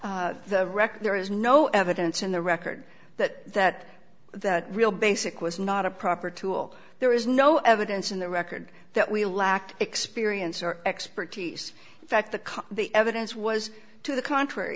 false the record there is no evidence in the record that that that real basic was not a proper tool there is no evidence in the record that we lacked experience or expertise in fact the cause the evidence was to the contr